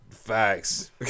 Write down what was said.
facts